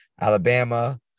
alabama